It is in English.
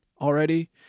already